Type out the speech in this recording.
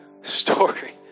story